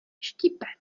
štípe